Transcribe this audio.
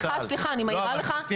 סליחה, אני מעירה לך פעם שלישית.